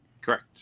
Correct